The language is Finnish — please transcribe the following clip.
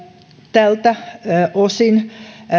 tältä osin